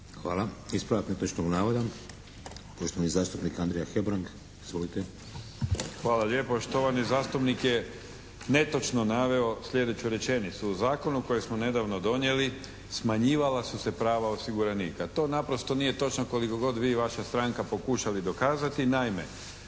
Hvala. Ispravak netočnog navoda, poštovani zastupnik Andrija Hebrang, izvolite. **Hebrang, Andrija (HDZ)** Hvala lijepo. Štovani zastupnik je netočno naveo sljedeću rečenicu u zakonu kojeg smo nedavno donijeli. Smanjivala su se prava osiguranika. To naprosto nije točno koliko god vi i vaša stranka pokušali dokazati. Naime,